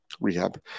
rehab